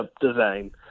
design